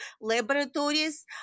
laboratories